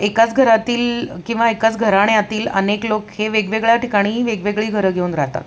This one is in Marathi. एकाच घरातील किंवा एकाच घराण्यातील अनेक लोक हे वेगवेगळ्या ठिकाणी वेगवेगळी घरं घेऊन राहतात